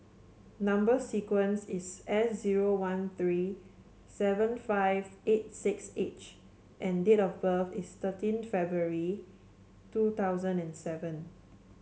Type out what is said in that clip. number sequence is S zero one three seven five eight six H and date of birth is thirteen February two thousand and seven